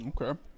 okay